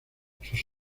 sus